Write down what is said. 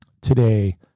today